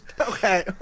Okay